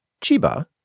Chiba